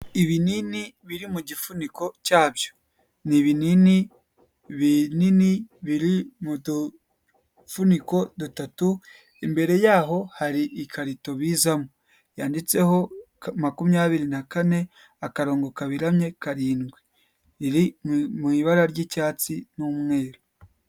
Ibinini biri mu gifuniko cyabyo, ni binini binini biri mu dufuniko dutatu, imbere yaho hari ikarito bizamo yanditseho makumyabiri na kane akarongo kaberamye karindwi, biri mu ibara ry'icyatsi n'umweru.